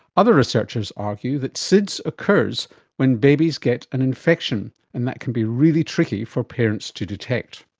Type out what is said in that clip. other research is argue that sids occurs when babies get an infection, and that can be really tricky for parents to detect.